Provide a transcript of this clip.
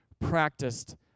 practiced